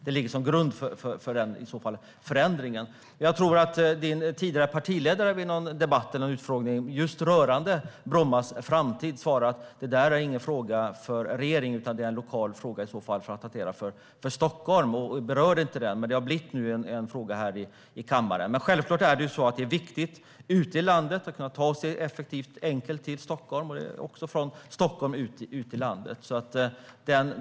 Det ligger som grund för en eventuell förändring. Jag tror att din tidigare partiledare vid någon debatt eller någon utfrågning rörande Brommas framtid svarade: Det är ingen fråga för regeringen, utan det är en lokal fråga att hantera för Stockholm. Men nu har det blivit en fråga här i kammaren. Självklart är det viktigt ute i landet att man kan ta sig effektivt och enkelt till Stockholm och från Stockholm och ut i landet.